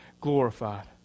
glorified